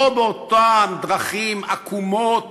לא באותן דרכים עקומות